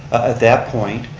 at that point,